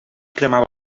cremava